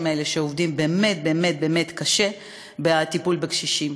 האלה שעובדים באמת באמת באמת קשה בטיפול בקשישים,